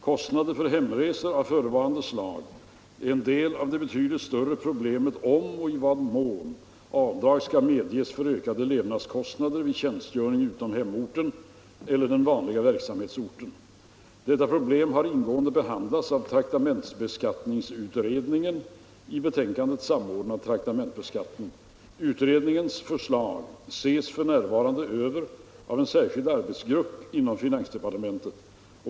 Kostnader för hemresor av förevarande slag är en del av det betydligt större problemet om i vad mån avdrag skall medges för ökade levnadskostnader vid tjänstgöring utom hemorten eller den vanliga verksamhetsorten. Detta problem har ingående behandlats av traktamentsbeskattningsutredningen i betänkandet Samordnad traktamentsbeskattning . Utredningens förslag ses f. n. över av en särskild arbetsgrupp inom finansdepartementet.